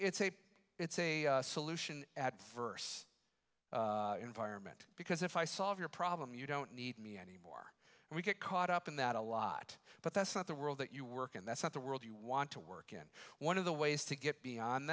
it's a it's a solution adverse environment because if i solve your problem you don't need me anymore and we get caught up in that a lot but that's not the world that you work in that's not the world you want to work in one of the ways to get beyond